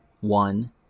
one